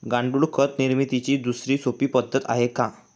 गांडूळ खत निर्मितीची दुसरी सोपी पद्धत आहे का?